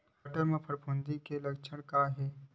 बटर म फफूंद के लक्षण का हे?